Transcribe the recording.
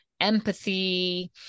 Empathy